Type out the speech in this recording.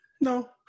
No